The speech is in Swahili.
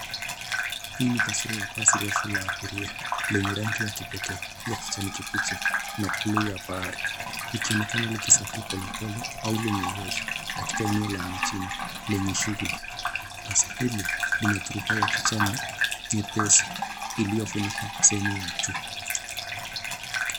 Hii ni taswira ya basi refu la abiria lenye rangi ya kipekee ya kijani kibichi na buluu ya bahari likionekana likisafiri polepole au limeegeshwa katika eneo la mjini lenye shuguli. Basi hili linaturubai ya kijani nyepesi iliyofunika sehmeu ya juu.